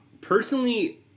Personally